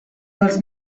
dels